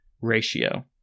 ratio